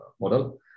model